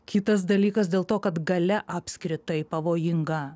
kitas dalykas dėl to kad galia apskritai pavojinga